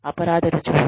అపరాధ రుజువు